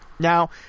Now